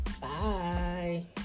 Bye